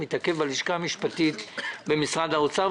זה מתעכב בלשכה המשפטית במשרד האוצר.